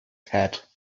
head